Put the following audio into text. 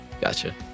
Gotcha